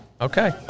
okay